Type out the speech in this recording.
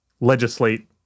legislate